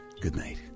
goodnight